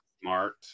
Smart